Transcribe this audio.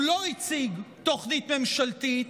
הוא לא הציג תוכנית ממשלתית,